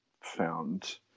found